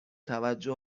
توجه